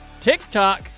TikTok